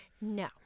No